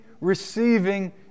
receiving